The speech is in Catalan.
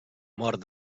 mort